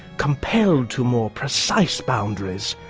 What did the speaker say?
compelled to more precise boundaries,